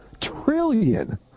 Trillion